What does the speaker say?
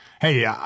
hey